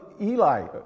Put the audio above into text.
Eli